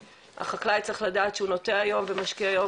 שהחקלאי צריך לדעת שהוא נוטע היום ומשקיע היום